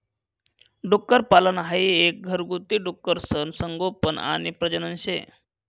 डुक्करपालन हाई एक घरगुती डुकरसनं संगोपन आणि प्रजनन शे